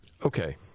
Okay